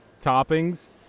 Toppings